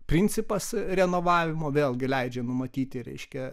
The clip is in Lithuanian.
principas renovavimo vėlgi leidžia numatyti reiškia